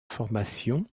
formation